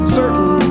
certain